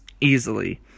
easily